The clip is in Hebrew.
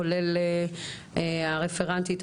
כולל עורכת הדין הרפרנטית מהפרקליטות.